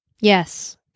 Yes